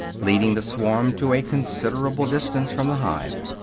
leading the swarm to a considerable distance from the hive.